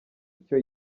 icyo